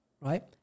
right